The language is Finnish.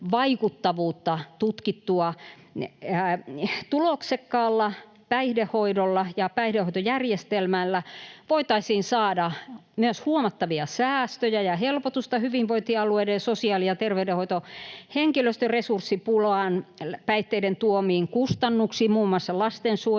tutkittua. Tuloksekkaalla päihdehoidolla ja päihdehoitojärjestelmällä voitaisiin saada myös huomattavia säästöjä ja helpotusta hyvinvointialueiden sosiaali- ja terveydenhoitohenkilöstön resurssipulaan sekä päihteiden tuomiin kustannuksiin muun muassa lastensuojelussa,